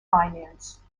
finance